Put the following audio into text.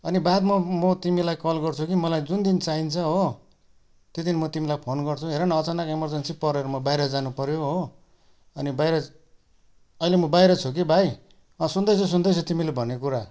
अनि बादमा म तिमीलाई कल गर्छु कि मलाई जुन दिन चाहिन्छ हो त्यो दिन म तिमीलाई फोन गर्छु हेर न अचानक एमर्जेन्सी परेर म बाहिर जानु पर्यो हो अनि बाहिर अहिले म बाहिर छु कि भाइ अँ सुन्दैछु सुन्दैछु तिमीले भनेको कुरा